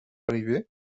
arrivée